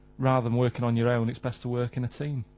rather than workin' on your own, it's best to work in a team!